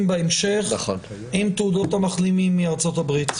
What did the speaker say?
בהמשך עם תעודות המחלימים מארצות-הברית.